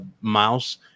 mouse